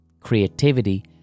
creativity